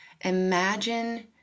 imagine